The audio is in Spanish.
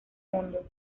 mundo